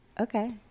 Okay